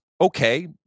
okay